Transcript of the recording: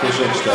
אני מבקש ממך.